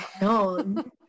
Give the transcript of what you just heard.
No